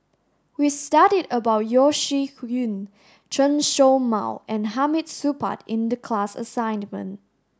we studied about Yeo Shih Yun Chen Show Mao and Hamid Supaat in the class assignment